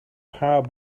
power